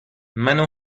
منو